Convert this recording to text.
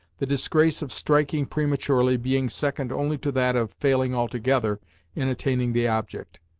the disgrace of striking prematurely being second only to that of failing altogether in attaining the object.